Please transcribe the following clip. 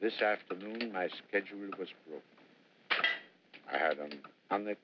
this afternoon my schedule was i had him on the